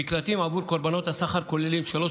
המקלטים עבור קורבנות הסחר כוללים שלוש